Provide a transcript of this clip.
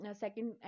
second